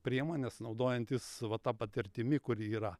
priemones naudojantis va ta patirtimi kuri yra